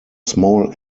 small